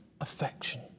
affection